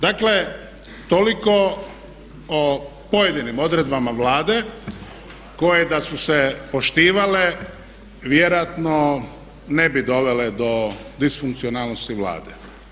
Dakle, toliko o pojedinim odredbama Vlade koje da su se poštivale vjerojatno ne bi dovele do disfunkcionalnosti Vlade.